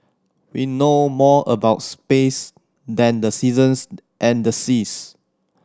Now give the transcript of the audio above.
we know more about space than the seasons and the seas